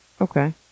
Okay